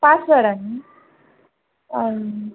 పాస్వర్డా అండి